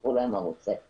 תפתחו להם ערוצי יציאה.